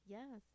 Yes